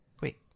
wait